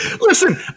Listen